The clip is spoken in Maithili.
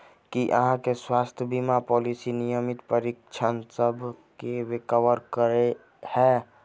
की अहाँ केँ स्वास्थ्य बीमा पॉलिसी नियमित परीक्षणसभ केँ कवर करे है?